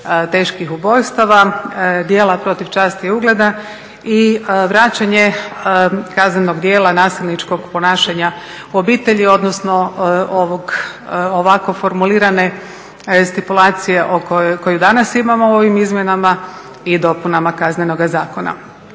teških ubojstava, djela protiv časti i ugleda i vraćanje kaznenog djela nasilničkog ponašanja u obitelji, odnosno ovog, ovako formulirane stipulacije koju danas imamo u ovim izmjenama i dopunama Kaznenoga zakona.